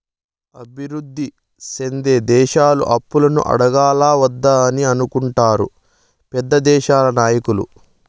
అభివృద్ధి సెందే దేశాలు అప్పులను అడగాలా వద్దా అని అనుకుంటారు పెద్ద దేశాల నాయకులు